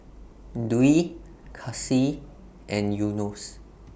Dwi Kasih and Yunos